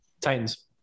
Titans